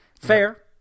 Fair